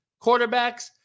quarterbacks